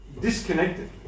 disconnected